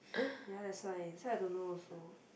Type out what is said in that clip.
ya that why that why I don't know also